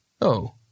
Oh